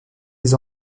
des